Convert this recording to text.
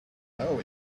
know